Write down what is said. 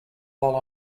while